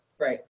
Right